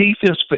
defense